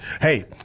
Hey